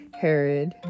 Herod